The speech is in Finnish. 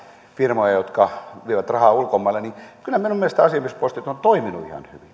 firmoja jotka vievät rahaa ulkomaille että kyllä minun mielestäni asiamiespostit ovat toimineet ihan hyvin